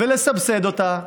ולסבסד אותה.